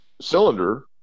cylinder